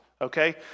okay